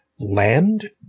land